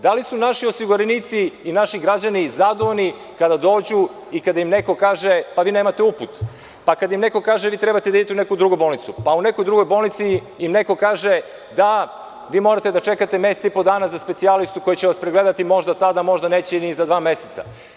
Da li su naši osiguranici i naši građani zadovoljni kada dođu i kada im neko kaže - pa vi nemate uput, pa kada im neko kaže - vi treba da idete u neku drugu bolnicu, pa u nekoj drugoj bolnici i neko kaže – da, vi morate da čekate mesec i po dana za specijalistu koji će vas pregledati, možda tada, a možda neće ni za dva meseca?